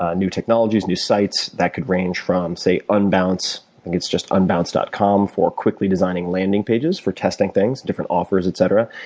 ah new technologies, new sites. that could range from, say, unbounce. i think it's just unbounce dot com for quickly designing landing pages for testing things, and different offers, etc.